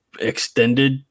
extended